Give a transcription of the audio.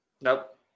Nope